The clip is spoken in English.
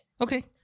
Okay